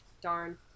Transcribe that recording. Darn